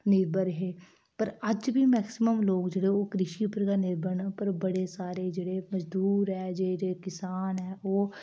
निर्भर हे पर अज्ज बी मेक्सीमम लोक जेह्ड़े ओह् कृषि उप्पर गै निर्भर न पर बड़े सारे जेह्ड़े मजदूर ऐ जे जे करसान ऐ ओह्